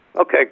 Okay